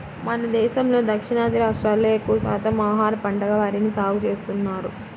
మన దేశంలో దక్షిణాది రాష్ట్రాల్లో ఎక్కువ శాతం ఆహార పంటగా వరిని సాగుచేస్తున్నారు